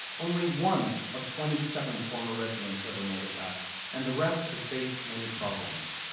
only one of twenty seven former residents ever made it back, and the rest have faced many problems,